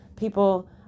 People